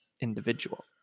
individual